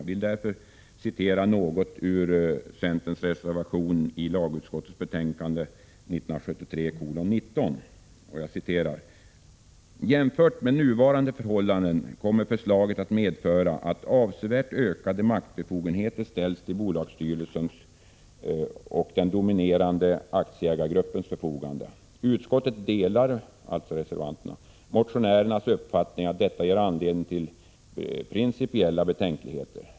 Jag vill därför citera något ur centerns reservation nr 1 till lagutskottets betänkar de 1973:19: ”Jämfört med nuvarande förhållanden kommer förslaget att medföra att avsevärt ökade maktbefogenheter ställs till bolagsstyrelsens och den dominerande aktieägaregruppens förfogande. Utskottet delar motionärernas uppfattning att detta ger anledning till principiella betänkligheter.